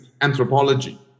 anthropology